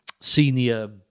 senior